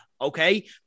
okay